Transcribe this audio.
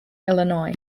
illinois